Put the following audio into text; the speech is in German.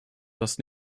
was